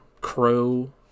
crow